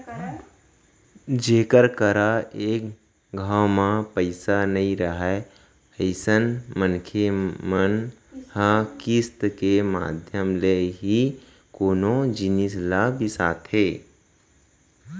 जेखर करा एक घांव म पइसा नइ राहय अइसन मनखे मन ह किस्ती के माधियम ले ही कोनो जिनिस ल बिसाथे